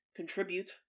Contribute